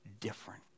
different